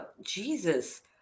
jesus